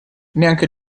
neanche